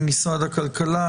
ממשרד הכלכלה,